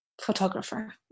photographer